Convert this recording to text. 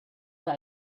that